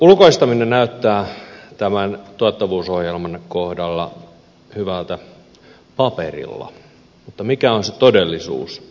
ulkoistaminen näyttää tämän tuottavuusohjelman kohdalla hyvältä paperilla mutta mikä on se todellisuus